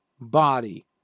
body